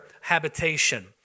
habitation